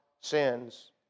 sins